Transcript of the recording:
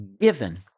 Given